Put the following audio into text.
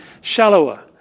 shallower